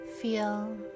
Feel